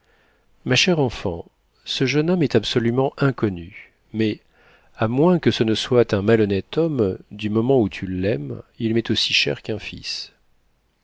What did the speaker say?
ma chère enfant ce jeune homme est absolument inconnu mais à moins que ce ne soit un malhonnête homme du moment où tu l'aimes il m'est aussi cher qu'un fils